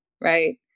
right